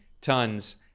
tons